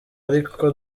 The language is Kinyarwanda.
ariko